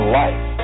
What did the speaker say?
life